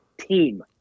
team